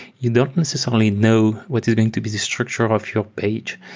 you don't necessarily know what is going to be the structure of your page,